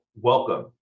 welcome